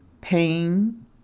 pain